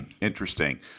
Interesting